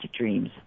dreams